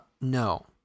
no